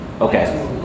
Okay